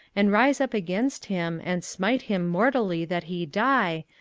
and rise up against him, and smite him mortally that he die,